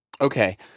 okay